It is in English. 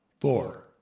four